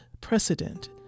Precedent